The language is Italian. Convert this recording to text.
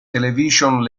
television